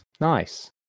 nice